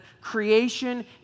creation